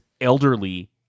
elderly